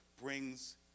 brings